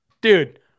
Dude